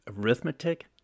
arithmetic